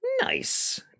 Nice